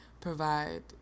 provide